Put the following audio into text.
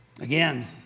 Again